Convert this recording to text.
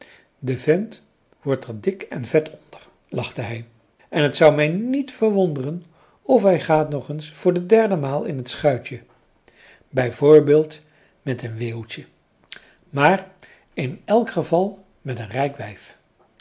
de vent wordt er dik en vet onder lachte hij en t zou mij niet verwonderen of hij gaat nog eens voor de derde maal in t schuitje bijv met een weeuwtje maar in elk geval met een rijk wijf